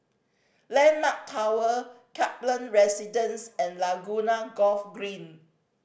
Landmark Tower Kaplan Residence and Laguna Golf Green